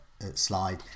Slide